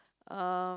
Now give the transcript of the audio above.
um